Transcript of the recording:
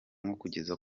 kungeza